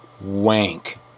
WANK